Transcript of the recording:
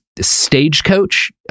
stagecoach